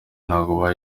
ntago